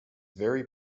very